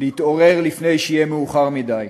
להתעורר לפני שיהיה מאוחר מדי.